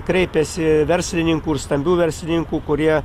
kreipėsi verslininkų ir stambių verslininkų kurie